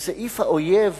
בסעיף האויב